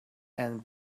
and